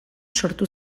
sortu